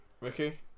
Ricky